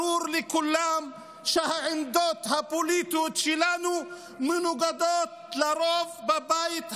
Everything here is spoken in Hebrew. ברור לכולם שהעמדות הפוליטיות שלנו מנוגדות לרוב בבית הזה,